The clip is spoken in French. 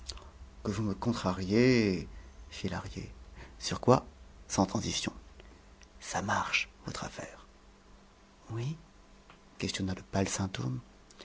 vous me contrariez fit lahrier sur quoi sans transition ça marche votre affaire oui questionna le